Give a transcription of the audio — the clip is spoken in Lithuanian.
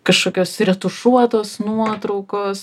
kažkokios retušuotos nuotraukos